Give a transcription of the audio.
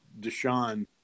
Deshaun